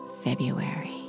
February